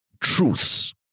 truths